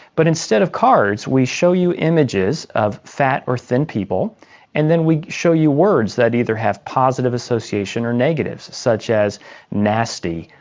but instead of cards we show you images of fat or thin people and then we show you words that either have positive association or negatives, such as nasty,